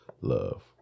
Love